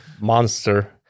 monster